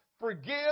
forgive